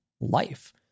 life